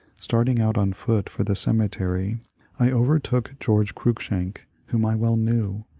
starting out on foot for the cemetery i overtook greorge cruikshank, whom i well knew,